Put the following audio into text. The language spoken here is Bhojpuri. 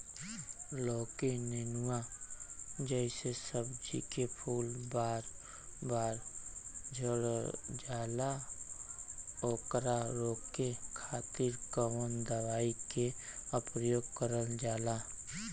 लौकी नेनुआ जैसे सब्जी के फूल बार बार झड़जाला ओकरा रोके खातीर कवन दवाई के प्रयोग करल जा?